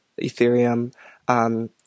Ethereum